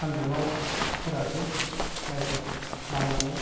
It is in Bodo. सानदुङाव फोरानसै माइखौ लामनानै